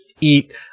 eat